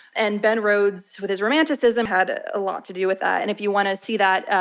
and ben rhodes with his romanticism had a ah lot to do with that. and if you want to see that, ah